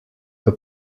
for